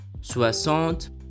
Soixante